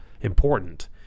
important